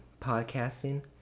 podcasting